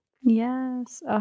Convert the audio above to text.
Yes